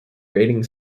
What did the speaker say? rating